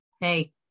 Hey